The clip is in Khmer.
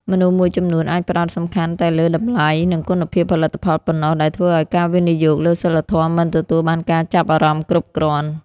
មនុស្សមួយចំនួនអាចផ្ដោតសំខាន់តែលើ តម្លៃ និងគុណភាពផលិតផលប៉ុណ្ណោះ ដែលធ្វើឱ្យការវិនិយោគលើសីលធម៌មិនទទួលបានការចាប់អារម្មណ៍គ្រប់គ្រាន់។